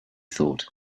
thought